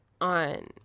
on